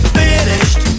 finished